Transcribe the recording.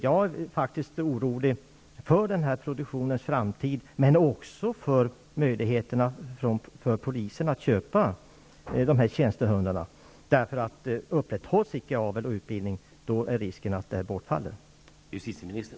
Jag är orolig för den här produktionens framtid och för polisens möjligheter att köpa tjänstehundar. Om avel och utbildning icke upprätthålls är risken att det här bortfaller.